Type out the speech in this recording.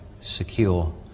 secure